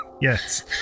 Yes